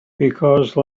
because